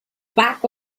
back